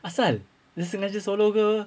asal dia sengaja swallow ke